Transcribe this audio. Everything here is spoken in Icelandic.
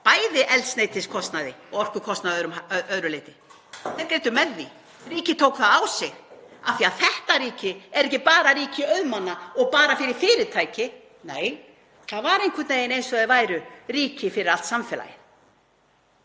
bæði eldsneytiskostnaði og orkukostnaði að öðru leyti. Þeir greiddu með því. Ríkið tók það á sig af því að þetta ríki er ekki bara ríki auðmanna og bara fyrir fyrirtæki. Nei, það var einhvern veginn eins og þeir væru ríki fyrir allt samfélagið,